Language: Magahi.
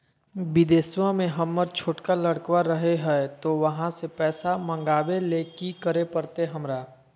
बिदेशवा में हमर छोटका लडकवा रहे हय तो वहाँ से पैसा मगाबे ले कि करे परते हमरा?